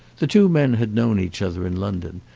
the two men had known each other in london,